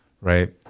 right